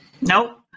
Nope